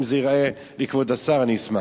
אם זה ייראה לכבוד השר, אני אשמח.